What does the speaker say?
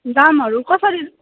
दामहरू कसरी